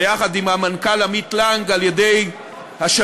ביחד עם המנכ"ל עמית לנג, על-ידי השגרירות,